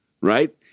right